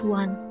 one